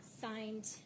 Signed